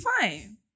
fine